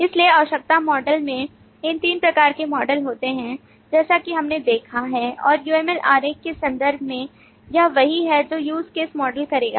इसलिए आवश्यकता मॉडल में इन 3 प्रकार के मॉडल होते हैं जैसा कि हमने देखा है और uml आरेख के संदर्भ में यह वही है जो use case मॉडल करेगा